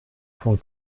von